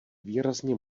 výrazně